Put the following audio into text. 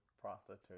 prostitute